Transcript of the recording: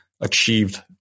achieved